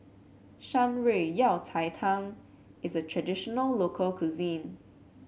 Shan Rui Yao Cai Tang is a traditional local cuisine